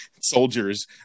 soldiers